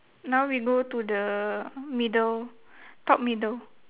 now we go to the middle top middle